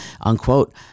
unquote